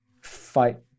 fight